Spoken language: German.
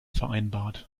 vereinbart